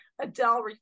Adele